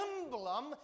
emblem